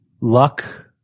Luck